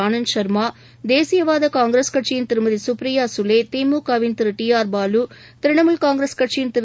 ஆனந்த் ஷாமா தேசியவாதகாங்கிரஸ் கட்சியின் திருமதி சுப்ரியாகலே திமுகவின் திரு டி ஆர்பாலு திரிணாமூல் காங்கிரஸ் கட்சியின் திரு